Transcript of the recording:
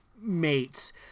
mates